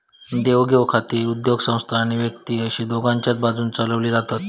देवघेव खाती उद्योगसंस्था आणि व्यक्ती अशी दोघांच्याय बाजून चलवली जातत